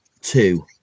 two